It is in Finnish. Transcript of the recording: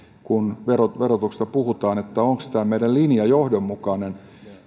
kun verotuksesta puhutaan että onko meidän linjamme johdonmukainen